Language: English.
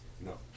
No